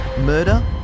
murder